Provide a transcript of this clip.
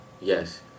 Yes